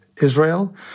Israel